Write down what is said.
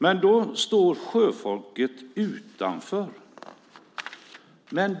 Men sjöfolket står utanför.